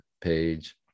page